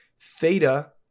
Theta